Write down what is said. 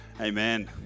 Amen